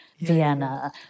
Vienna